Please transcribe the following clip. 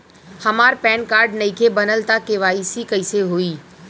हमार PAN card नईखे बनल त के.वाइ.सी कइसे होई?